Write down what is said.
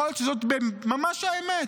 יכול להיות שזו ממש האמת,